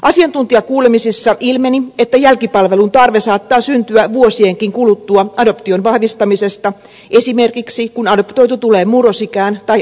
asiantuntijakuulemisissa ilmeni että jälkipalvelun tarve saattaa syntyä vuosienkin kuluttua adoption vahvistamisesta esimerkiksi kun adoptoitu tulee murrosikään tai aikuistuu